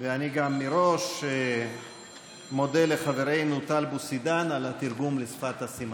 אני גם מודה מראש לחברנו טל בוסידן על התרגום לשפת הסימנים.